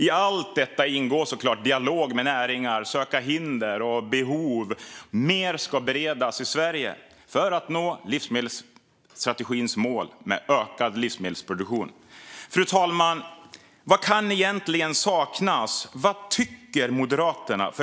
I allt detta ingår såklart dialog med näringar, att söka hinder och se behov. Mer ska beredas i Sverige för att nå livsmedelsstrategins mål med ökad livsmedelsproduktion. Fru talman! Vad kan egentligen saknas? Vad tycker Moderaterna?